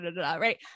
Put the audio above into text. Right